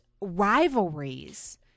rivalries